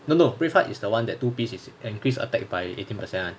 eh no brave heart is the one that two piece is can increase attack by eighteen percent [one]